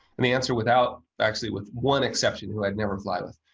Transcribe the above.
and the answer without actually, with one exception, who i'd never fly with.